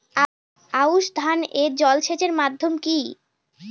আউশ ধান এ জলসেচের মাধ্যম কি?